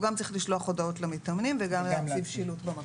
הוא גם צריך לשלוח הודעות למתאמנים וגם להציב שילוט.